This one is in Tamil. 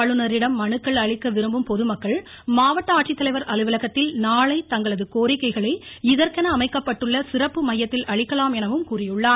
ஆளுநரிடம் மனுக்கள் அளிக்க விரும்பும் பொதுமக்கள் நாளை மாவட்ட ஆட்சித்தலைவர் அலுவலகத்தில் தங்களது கோரிக்கைகளை இதற்கென அமைக்கப்பட்டுள்ள சிறப்பு மையத்தில் அளிக்கலாம் எனவும் அவர் கூறியுள்ளார்